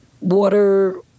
water